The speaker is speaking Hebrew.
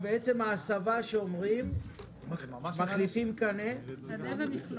ההסבה שאומרים זה שמחליפים קנה --- קנה ומכלול.